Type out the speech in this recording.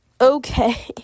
okay